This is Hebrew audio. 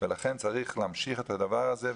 ולכן צריך להמשיך את הדבר הזה.